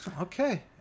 Okay